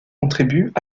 contribuent